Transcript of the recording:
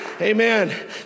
amen